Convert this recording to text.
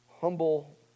humble